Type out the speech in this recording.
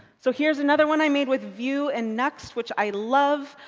so here's another one i made with vue and nux, which i love.